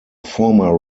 former